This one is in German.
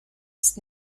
ist